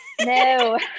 No